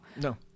no